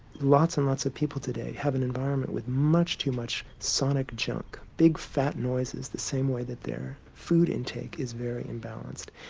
lots and lots of people today have an environment with much too much sonic junk big fat noises the same way that their food intake is very imbalanced.